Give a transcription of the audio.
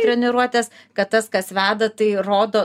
treniruotes kad tas kas veda tai rodo